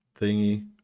thingy